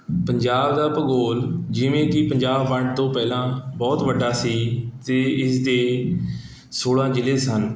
ਪੰਜਾਬ ਦਾ ਭੂਗੋਲ ਜਿਵੇਂ ਕਿ ਪੰਜਾਬ ਵੰਡ ਤੋਂ ਪਹਿਲਾਂ ਬਹੁਤ ਵੱਡਾ ਸੀ ਅਤੇ ਇਸਦੇ ਸੋਲ੍ਹਾਂ ਜ਼ਿਲ੍ਹੇ ਸਨ